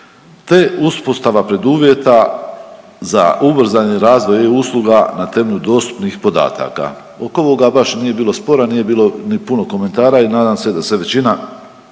te uspostava preduvjeta za ubrzani razvoj e-usluga na temelju dostupnih podataka. Oko ovoga baš i nije bilo spora, nije bilo ni puno komentara i nadam se da se većina